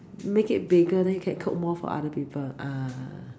make it bigger then you can cook more for other people ah